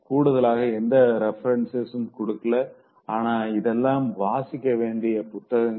கூடுதலாக எந்த ரெபரன்ஸும் கொடுக்கல ஆனா இதெல்லாம் வாசிக்க வேண்டிய புத்தகங்கள்